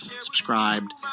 subscribed